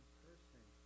person